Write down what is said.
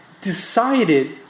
decided